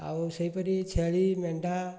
ଆଉ ସେହିପରି ଛେଳି ମେଣ୍ଢା